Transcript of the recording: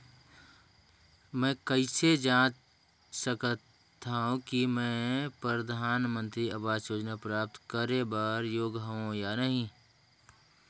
मैं कइसे जांच सकथव कि मैं परधानमंतरी आवास योजना प्राप्त करे बर योग्य हववं या नहीं?